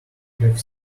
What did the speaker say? have